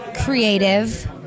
creative